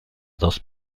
dos